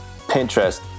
Pinterest